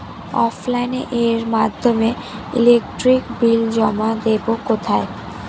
অফলাইনে এর মাধ্যমে ইলেকট্রিক বিল জমা দেবো কোথায়?